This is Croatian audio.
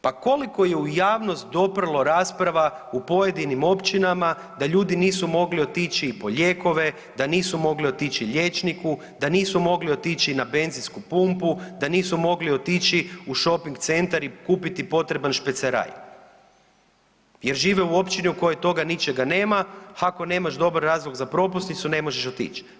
Pa koliko je u javnost doprlo rasprava u pojedinim općinama da ljudi nisu mogli otići po lijekove, da nisu mogli otići liječniku, da nisu mogli otići na benzinsku pumpu, da nisu mogli otići u šoping centar i kupiti potreban špeceraj jer žive u općini u kojoj toga ničega nema, ha ako nemaš dobar razlog za propusnicu ne možeš otić.